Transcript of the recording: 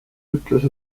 ütles